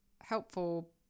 helpful